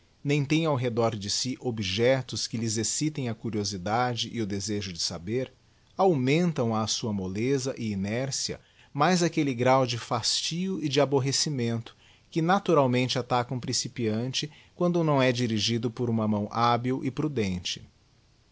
nem tm ao redor de si objectos que lhes excitem a curiosidade e o desejo de saber augmentam á sua molleza e inércia mais aquelle grau de fastio e de aborrecimento que naturalmente ataca um principiante quando não é dirigido por uma mão hábil e prudente